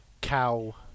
Cow